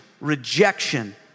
Rejection